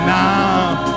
now